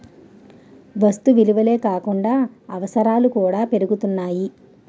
వస్తు విలువలే కాకుండా అవసరాలు కూడా పెరుగుతున్నాయి